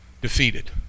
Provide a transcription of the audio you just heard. defeated